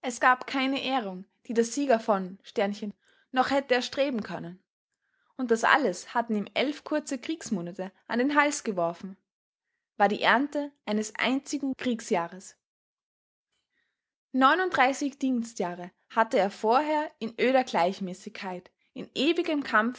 es gab keine ehrung die der sieger von noch hätte erstreben können und das alles hatten ihm elf kurze kriegsmonate an den hals geworfen war die ernte eines einzigen kriegsjahres neununddreißig dienstjahre hatte er vorher in öder gleichmäßigkeit in ewigem kampfe